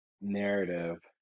narrative